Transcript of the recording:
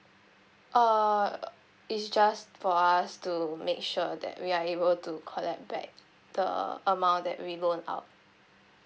uh it's just for us to make sure that we are able to collect back the amount that we loan out